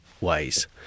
ways